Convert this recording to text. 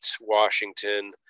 Washington